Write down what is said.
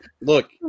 Look